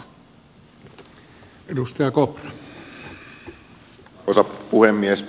arvoisa puhemies